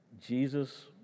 Jesus